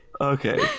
Okay